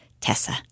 Tessa